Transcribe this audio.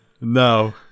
No